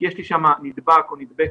יש לי שם נדבק/ת מאומת/ת,